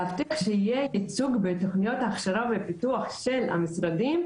להבטיח שיהיה ייצוג בתכניות ההכשרה והפיתוח של המשרדים,